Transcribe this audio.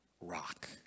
rock